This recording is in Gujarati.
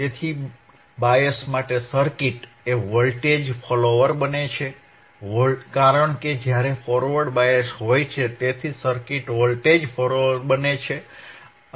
તેથી બાયસ માટે સર્કિટ એ વોલ્ટેજ ફોલોઅર બને છે કારણ કે જ્યારે ફોરવર્ડ બાયસ હોય છે તેથી સર્કિટ વોલ્ટેજ ફોલોઅર બને છે